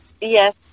yes